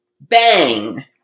Bang